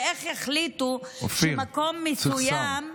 ואיך יחליטו שמקום מסוים,